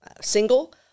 single